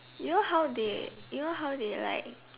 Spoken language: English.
you know how they you know how they like